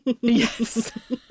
Yes